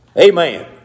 Amen